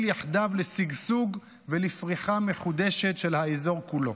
יחדיו לשגשוג ולפריחה מחודשת של האזור כולו.